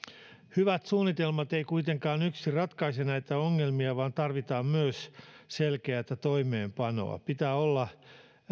hyvät suunnitelmat eivät kuitenkaan yksin ratkaise näitä ongelmia vaan tarvitaan myös selkeätä toimeenpanoa pitää olla